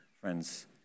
friends